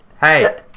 Hey